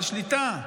על שליטה.